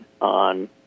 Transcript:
on